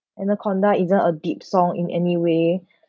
anaconda isn't a deep song in any way